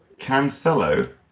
Cancelo